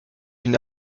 une